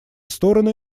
стороны